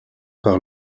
par